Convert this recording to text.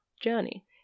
journey